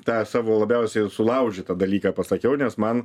tą savo labiausiai sulaužytą dalyką pasakiau nes man